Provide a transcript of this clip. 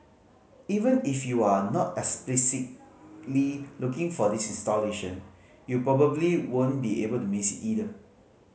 even if you are not explicitly looking for this installation you probably won't be able to miss it either